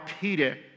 Peter